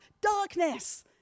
darkness